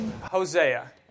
Hosea